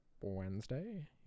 Wednesday